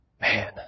man